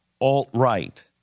alt-right